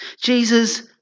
Jesus